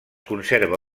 conserva